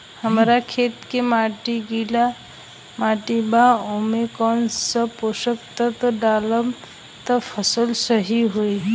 हमार खेत के माटी गीली मिट्टी बा ओमे कौन सा पोशक तत्व डालम त फसल सही होई?